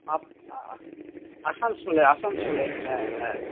up আ আসানসোলে আসানসোলে হ্যাঁ হ্যাঁ